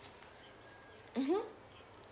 mmhmm